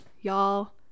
y'all